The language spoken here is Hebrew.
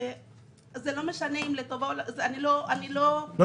זה לא משנה אם- -- זה כן משנה.